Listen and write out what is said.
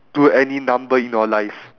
to any number in your life